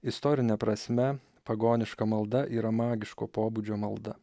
istorine prasme pagoniška malda yra magiško pobūdžio malda